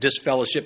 disfellowship